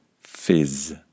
fizz